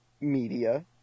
media